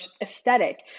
aesthetic